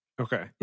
Okay